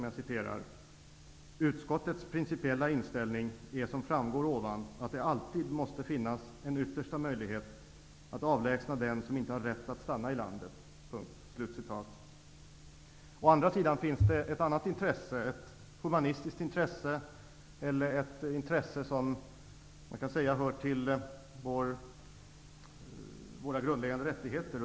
Jag citerar: ''Utskottets principiella inställning är som framgår ovan att det alltid måste finnas en yttersta möjlighet att avlägnsa den som inte har rätt att stanna i landet.'' Å andra sidan har vi ett annat intresse, ett humanitärt intresse, ett intresse som hör samman med våra grundläggande rättigheter.